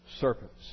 serpents